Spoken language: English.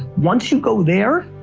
once you go there,